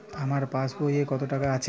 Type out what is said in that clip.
আমার পাসবই এ কত টাকা আছে?